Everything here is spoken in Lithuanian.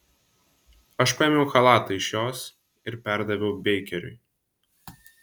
aš paėmiau chalatą iš jos ir perdaviau beikeriui